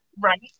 Right